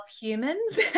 humans